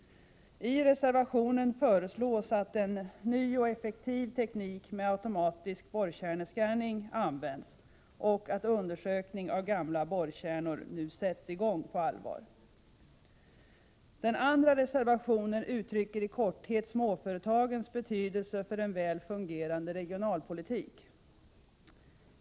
I reservationen föreslås att en ny och effektiv teknik med automatisk borrkärnescanning används och att undersökning av gamla borrkärnor nu sätts i gång på allvar. Den andra reservationen uttrycker i korthet småföretagens betydelse för en väl fungerande regionalpolitik.